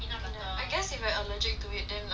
I guess if you're allergic to it then like you